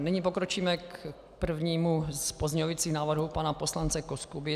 Nyní pokročíme k prvnímu z pozměňovacích návrhů pana poslance Koskuby.